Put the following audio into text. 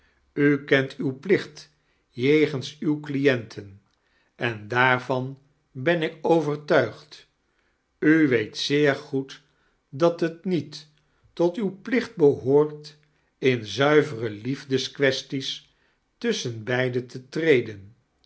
u kent uw plicht jegens uwe clienten en daarvan ben ik overtuigd u weet zeer goed dat het niet tot uw plicht behoort in zuivere liefdesquaestiee tusschen beiden te tineden